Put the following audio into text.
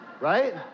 Right